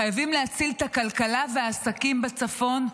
חייבים להציל את הכלכלה והעסקים בצפון,